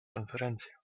konferencja